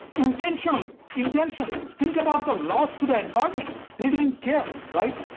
intentionally intentionally! think about the loss to the environment. they didn't care, right?